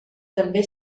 també